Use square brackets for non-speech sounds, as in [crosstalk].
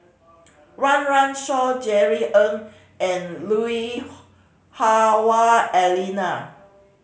Run Run Shaw Jerry Ng and Lui [unintelligible] Hah Wah Elena